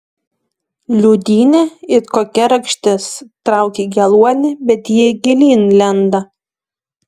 liūdynė it kokia rakštis trauki geluonį bet ji gilyn lenda